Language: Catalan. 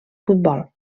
futbol